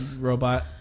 robot